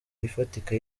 ifatika